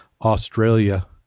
Australia